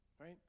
Right